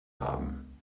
haben